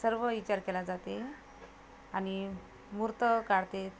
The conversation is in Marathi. सर्व विचार केला जाते आणि मुहूर्त काढतात